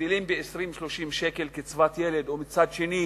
מגדילים ב-20 30 שקל את הקצבה על ילד ומצד שני